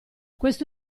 questo